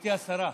גברתי השרה,